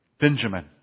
Benjamin